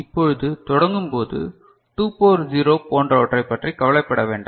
இப்பொழுது தொடங்கும்போது 2 பவர் 0 போன்றவற்றை பற்றி கவலைப்பட வேண்டாம்